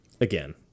again